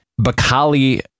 Bakali